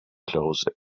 closet